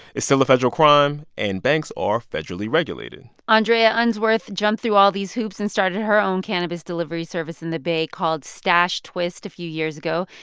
it's still a federal crime, and banks are federally regulated andrea unsworth jumped through all these hoops and started her own cannabis delivery service in the bay called stashtwist a few years ago.